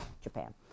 Japan